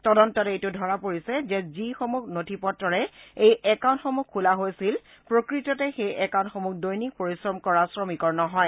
তদন্তত এইটো ধৰা পৰিছে যে যিসমূহ নথিপত্ৰৰে এই একাউণ্টসমূহ খোলা হৈছিল প্ৰকৃততে সেই একাউণ্টসমূহ দৈনিক পৰিশ্ৰম কৰা শ্ৰমিকৰ নহয়